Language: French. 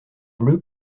bleues